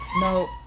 No